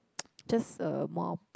just a more